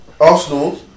Arsenal